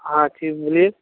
हाँ ठीक बोलिए